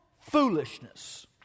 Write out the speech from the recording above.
foolishness